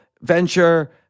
venture